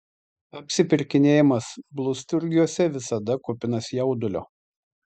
apsipirkinėjimas blusturgiuose visada kupinas jaudulio